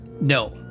No